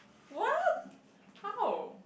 what how